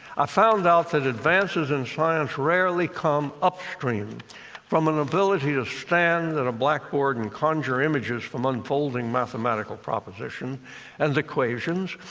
i found out that advances in science rarely come upstream from an ability to stand at a blackboard and conjure images from unfolding mathematical propositions and equations.